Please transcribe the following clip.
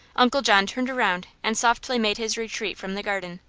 uncle john turned around and softly made his retreat from the garden.